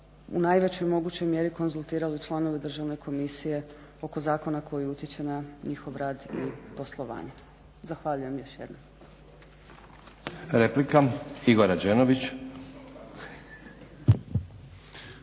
u najvećoj mogućoj mjeri konzultirali članove državne komisije oko zakona koji utječe na njihov rad i poslovanje. Zahvaljujem još jednom.